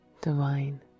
divine